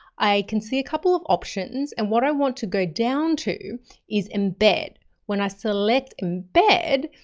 i can see a couple of options and what i want to go down to is embed. when i select embed,